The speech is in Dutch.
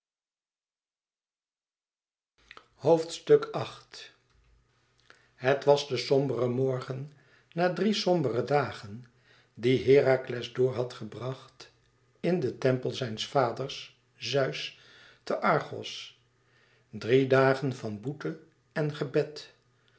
viii het was de sombere morgen na drie sombere dagen die herakles door had gebracht in den tempel zijns vaders zeus te argos drie dagen van boete en gebed